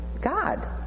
God